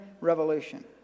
revolution